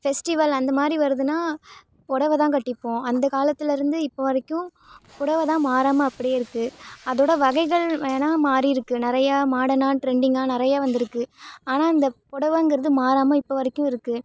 festival அந்த மாதிரி வருதுனால் பொடவை தான் கட்டிப்போம் அந்த காலத்தில் இருந்து இப்போ வரைக்கும் பொடவை தான் மாறாமல் அப்படியே இருக்குது அதோடய வகைகள் வேணால் மாறியிருக்கு நிறையா மாடர்னாக ட்ரெண்டிங்காக நிறையா வந்துருக்குது ஆனால் இந்த பொடவைங்கிறது மாறாமல் இப்போ வரைக்கும் இருக்குது